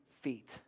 feet